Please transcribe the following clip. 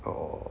orh